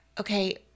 okay